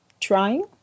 trying